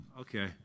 okay